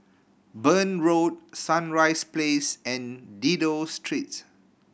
Burn Road Sunrise Place and Dido Street